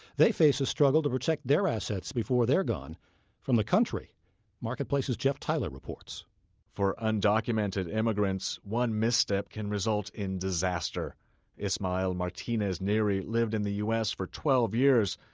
they face a struggle to protect their assets before they're gone from the country marketplace's jeff tyler reports for undocumented immigrants, one misstep can result in disaster ismael martinez neri lived in the u s. for twelve years.